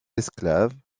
esclaves